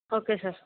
okay sir